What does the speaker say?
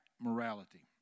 morality